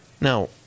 Now